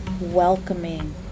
welcoming